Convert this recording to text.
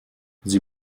sie